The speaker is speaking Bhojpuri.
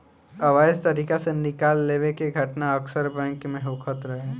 अवैध तरीका से निकाल लेवे के घटना अक्सर बैंक में होखत रहे